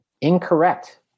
Incorrect